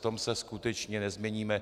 V tom se skutečně nezměníme.